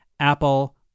Apple